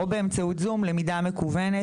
או באמצעות זום, למידה מקוונת.